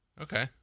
Okay